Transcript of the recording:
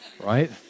right